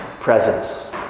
presence